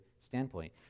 standpoint